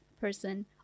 person